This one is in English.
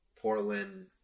Portland